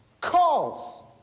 calls